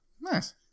Nice